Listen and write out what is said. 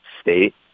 state